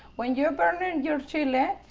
when you're burning your chili,